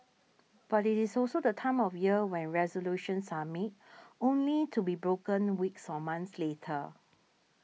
but it is also the time of year when resolutions are made only to be broken weeks or months later